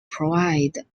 provide